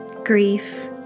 grief